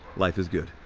life is good.